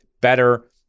better